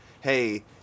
hey